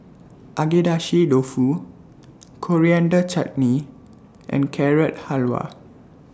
Agedashi Dofu Coriander Chutney and Carrot Halwa